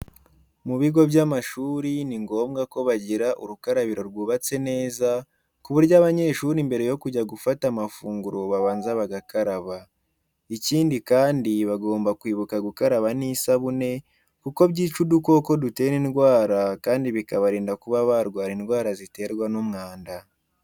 Mu bigo by'amashuri ni ngombwa ko bajyira urukarabiro rwubatse neza ,ku buryo abanyeshuri mbere yo kujya gufata amafunguro babanza bagakaraba. Icyindi kandi bagomba kwibuka gukaraba n'isabune kuko byica udukoko dutera indwara kandi bikabarinda kuba barwara indwara ziterwa n'umwanda.